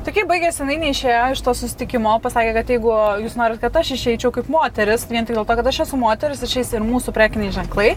tai kaip baigėsi jinai neišėjo iš to susitikimo pasakė kad jeigu jūs norit kad aš išeičiau kaip moteris vien tik dėl to kad aš esu moteris išeis ir mūsų prekiniai ženklai